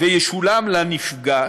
וישולם לנפגע,